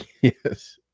Yes